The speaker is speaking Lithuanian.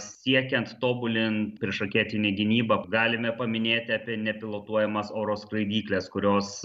siekiant tobulint priešraketinę gynybą galime paminėti apie nepilotuojamas oro skraidykles kurios